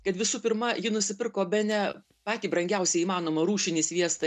kad visų pirma ji nusipirko bene patį brangiausią įmanomą rūšinį sviestą